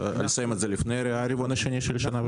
לסיים את זה לפני הרבעון השני של השנה הבאה?